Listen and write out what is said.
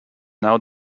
now